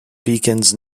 beacons